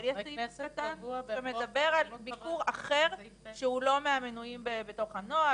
אבל יש סעיף קטן שמדבר על ביקור אחר שהוא לא מהמוניים בתוך הנוהל.